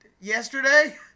Yesterday